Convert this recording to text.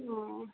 ओँह